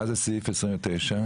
מה זה סעיף 29?